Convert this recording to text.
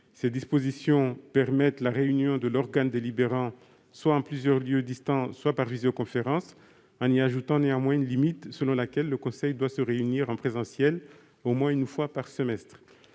Ces dispositions permettent la réunion de l'organe délibérant soit en plusieurs lieux distincts, soit par visioconférence, en y ajoutant néanmoins une limite : le conseil doit se réunir en présence au moins une fois par semestre.